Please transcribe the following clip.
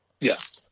Yes